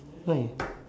why